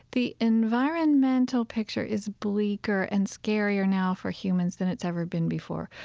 the environmental picture is bleaker and scarier now for humans than it's ever been before.